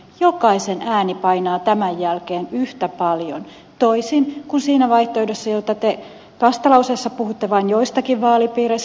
jokaisen ääni painaa tämän jälkeen yhtä paljon toisin kuin siinä vaihtoehdossa jossa te vastalauseessa puhuitte vain joistakin vaalipiireistä